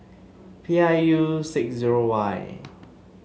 P I U six zero Y